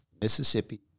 Mississippi